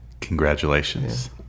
Congratulations